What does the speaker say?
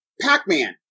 Pac-Man